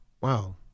Wow